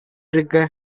இருக்க